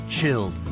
Chilled